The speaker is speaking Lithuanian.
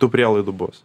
tų prielaidų bus